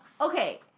okay